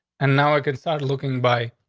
and now i could start looking by.